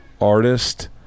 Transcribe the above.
artist